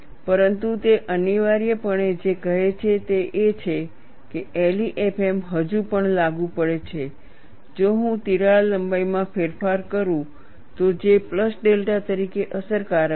પરંતુ તે અનિવાર્યપણે જે કહે છે તે એ છે કે LEFM હજુ પણ લાગુ પડે છે જો હું તિરાડ લંબાઈમાં ફેરફાર કરું તો જે પ્લસ ડેલ્ટા તરીકે અસરકારક છે